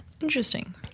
Interesting